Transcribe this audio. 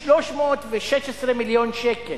316 מיליון שקל,